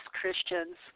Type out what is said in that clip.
Christians